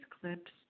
clips